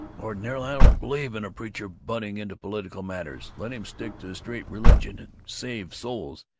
ordinarily, i don't believe in a preacher butting into political matters let him stick to straight religion and save souls,